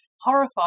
Horrified